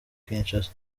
kinshasa